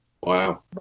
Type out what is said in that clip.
Wow